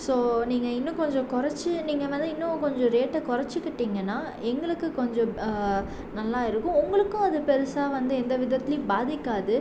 so நீங்கள் இன்னும் கொஞ்சம் கொறைச்சி நீங்கள் வந்து இன்னும் கொஞ்சம் ரேட்டை கொறைச்சிக்கிட்டிங்கனா எங்களுக்கு கொஞ்சம் நல்லா இருக்கும் உங்களுக்கும் அது பெருசாக வந்து எந்த விதத்துலேயும் பாதிக்காது